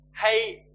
hey